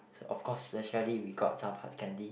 so of course naturally we got some hard candy